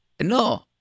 No